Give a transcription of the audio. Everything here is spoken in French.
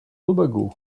tobago